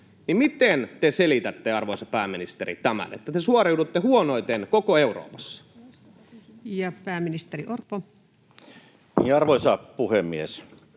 Miten te selitätte, arvoisa pääministeri, tämän, että te suoriudutte huonoiten koko Euroopassa? [Speech 16] Speaker: